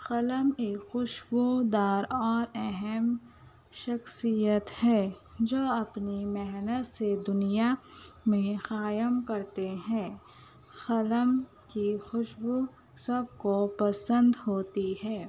قلم ایک خوشبو دار اور اہم شخصیت ہے جو اپنی محنت سے دُنیا میں قائم کرتے ہیں قلم کی خوشبو سب کو پسند ہوتی ہے